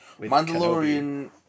Mandalorian